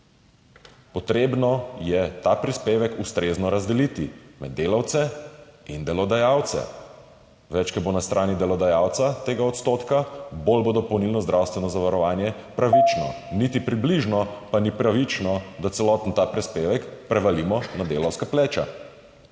Potrebno je ta prispevek ustrezno razdeliti med delavce in delodajalce. Več kot bo na strani delodajalca tega odstotka, bolj bo dopolnilno zdravstveno zavarovanje pravično. Niti približno pa ni pravično, da ta celotni prispevek prevalimo na delavska pleča.